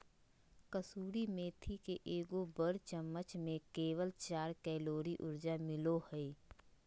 कसूरी मेथी के एगो बड़ चम्मच में केवल चार कैलोरी ऊर्जा मिलो हइ